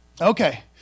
Okay